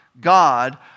God